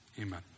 Amen